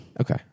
Okay